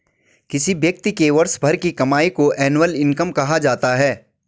किसी व्यक्ति के वर्ष भर की कमाई को एनुअल इनकम कहा जाता है